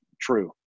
true